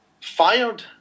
fired